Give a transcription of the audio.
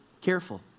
careful